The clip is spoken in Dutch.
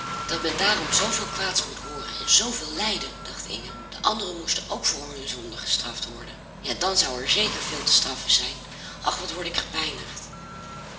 dat men daarom zoo veel kwaads moet hooren en zoo veel lijden dacht inge de anderen moesten ook voor hun zonden gestraft worden ja dan zou er zeker veel te straffen zijn ach wat word ik